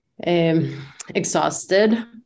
Exhausted